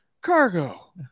cargo